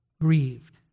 grieved